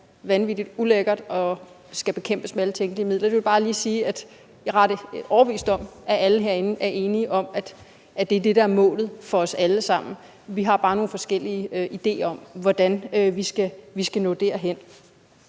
er vanvittig ulækkert og skal bekæmpes med alle tænkelige midler. Så det, jeg bare lige vil sige, er, at jeg er ret overbevist om, at alle herinde er enige om, at det er det, der er målet for os alle sammen; vi har bare nogle forskellige ideer til, hvordan vi skal nå derhen.